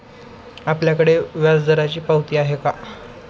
आपल्याकडे व्याजदराची पावती आहे का?